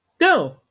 No